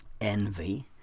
Envy